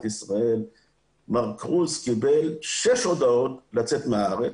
ישראל מר' קרוז קיבל 6 הודעות לצאת מהארץ.